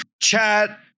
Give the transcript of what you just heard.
chat